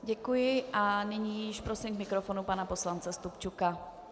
Děkuji a nyní již prosím k mikrofonu pana poslance Stupčuka.